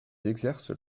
exercent